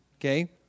Okay